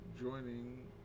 joining